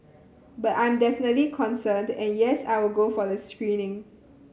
but I'm definitely concerned and yes I will go for the screening